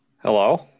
Hello